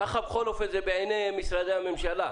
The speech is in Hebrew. ככה בכל אופן זה בעיני משרדי הממשלה.